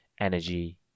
energy